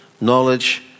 knowledge